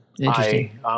interesting